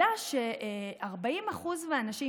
עלה ש-40% מהנשים,